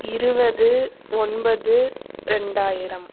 இருபது ஒன்பது ரெண்டாயிரம்